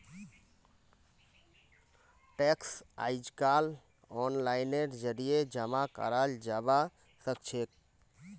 tax अइजकाल ओनलाइनेर जरिए जमा कराल जबा सखछेक